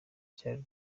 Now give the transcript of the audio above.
cyari